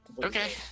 Okay